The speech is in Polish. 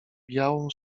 białą